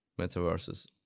metaverses